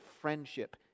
friendship